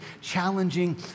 challenging